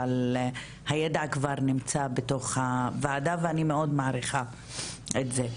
אבל הידע כבר נמצא בתוך הוועדה ואני מאוד מעריכה את זה.